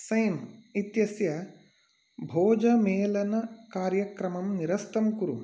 same इत्यस्य भोजमेलनकार्यक्रमं निरस्तं कुरु